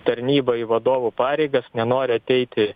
tarnybą į vadovų pareigas nenori ateiti